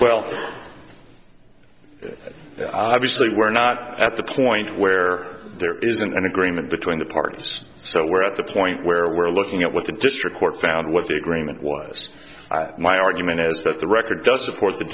well obviously we're not at the point where there isn't an agreement between the parts so we're at the point where we're looking at what the district court found what the agreement was my argument is that the record does support th